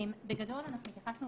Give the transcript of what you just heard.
בגדול אנחנו התייחסנו